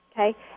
Okay